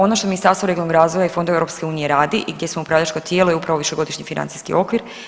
Ono što Ministarstvo regionalnog razvoja i fondova EU radi i gdje su upravljačka tijela i upravo višegodišnji financijski okvir.